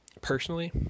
Personally